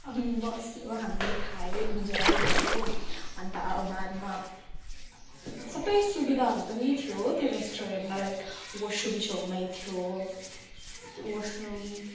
अनि बस्यो हामीले खायो इन्जोय गर्यो अन्त बादमा सबै सुविधाहरू पनि थियो त्यो रेस्टुरेन्टमा लाइक वासरुम